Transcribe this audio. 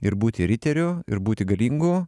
ir būti riteriu ir būti galingu